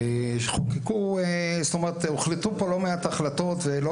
חוקקו או הוחלטו פה לא מעט החלטות ולא